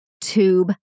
tube